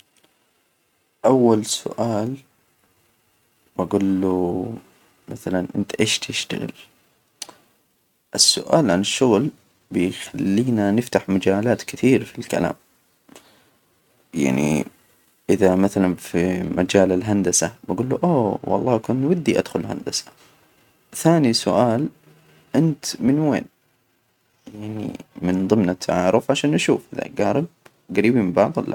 أول سؤال، بجول له مثلا أنت إيش تشتغل؟ السؤال عن الشغل، بخلينا نفتح مجالات كثير في الكلام. يعني إذا مثلا في مجال الهندسة بجول له آوه والله كان بودي أدخل الهندسة، ثاني سؤال أنت من وين؟ يعني من ضمن التعارف عشان نشوف الأجارب، جريبين من بعض ولا لأ.